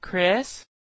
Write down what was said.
Chris